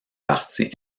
parties